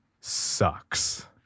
sucks